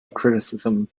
criticism